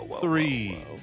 three